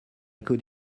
could